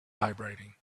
vibrating